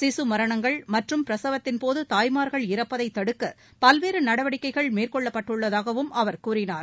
சிசு மரணங்கள் மற்றும் பிரசவத்தின்போது தாய்மார்கள் இறப்பதை தடுக்க பல்வேறு நடவடிக்கைகள் மேற்கொள்ளப்பட்டுள்ளதாகவும் அவர் கூறினார்